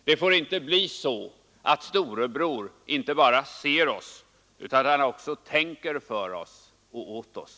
Det får inte bli så att Storebror inte bara ser oss utan också tänker för oss och åt oss.